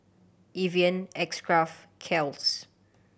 Evian X Craft Kiehl's